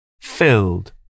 Filled